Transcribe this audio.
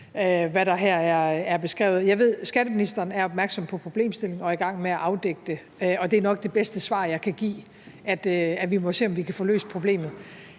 hvad der her er beskrevet. Jeg ved, at skatteministeren er opmærksom på problemstillingen og er i gang med at afdække den, og det er nok det bedste svar, jeg kan give – altså at vi må se, om vi kan få løst problemet.